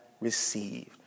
received